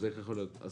כל פעם יש פעימה אחרת.